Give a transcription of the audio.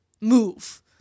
move